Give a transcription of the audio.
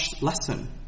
lesson